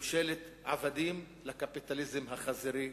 ממשלת עבדים לקפיטליזם החזירי.